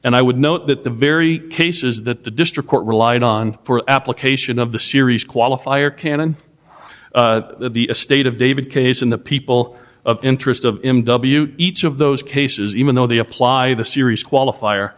and i would note that the very cases that the district court relied on for application of the series qualifier canon the estate of david case in the people of interest of m w each of those cases even though they apply the series qualifier